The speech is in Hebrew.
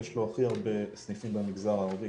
יש לו הכי הרבה סניפים במגזר הערבי,